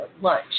lunch